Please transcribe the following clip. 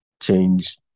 change